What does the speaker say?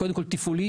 קודם כל קושי תפעולי,